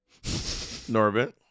Norbit